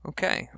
Okay